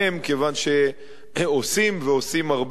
כיוון שעושים ועושים הרבה.